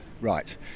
right